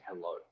hello